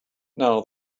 now